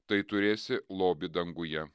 tai turėsi lobį danguje